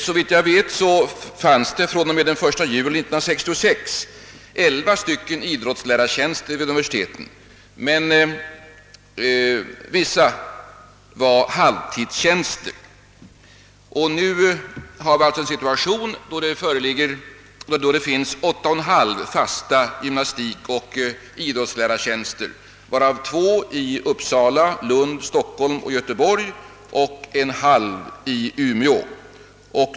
Såvitt jag vet finns det fr.o.m. den 1 juli 1966 11 idrottslärartjänster vid universiteten, men vissa är halvtidstjänster. I dag har vi 8!/» fasta gymnastikoch idrottslärartjänster, av vilka två tjänster vardera i Uppsala, Lund, Stockholm och Göteborg och en halv tjänst i Umeå.